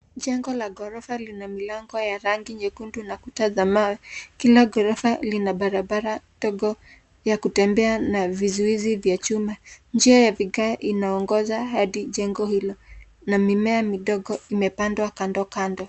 Jengo la ghorofa lina milango ya rangi nyekundu na kuta za mawe. Kila ghorofa lina barabara ndogo ya kutembea na vizuizi vya chuma. Njia ya vigae inaongoza hadi jengo hilo, na mimea midogo imepandwa kandokando.